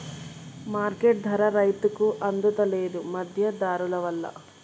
market ధర రైతుకు అందుత లేదు, మధ్య దళారులవల్ల